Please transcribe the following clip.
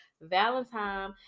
Valentine